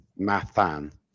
Mathan